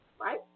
right